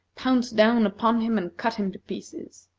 pounce down upon him, and cut him to pieces.